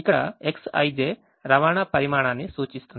ఇక్కడ Xij రవాణా పరిమాణాన్ని సూచిస్తుంది